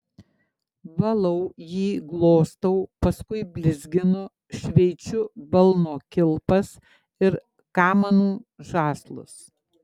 valau jį glostau paskui blizginu šveičiu balno kilpas ir kamanų žąslus